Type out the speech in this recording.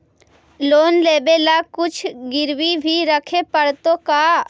Loan लेबे ल कुछ गिरबी भी रखे पड़तै का?